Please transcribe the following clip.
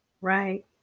right